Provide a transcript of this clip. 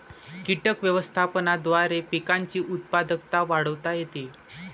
कीटक व्यवस्थापनाद्वारे पिकांची उत्पादकता वाढवता येते